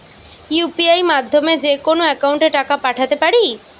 UPI মাধ্যমে যেকোনো একাউন্টে টাকা পাঠাতে পারি?